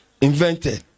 invented